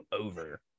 over